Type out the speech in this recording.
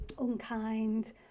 unkind